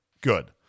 good